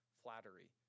flattery